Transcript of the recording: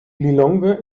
lilongwe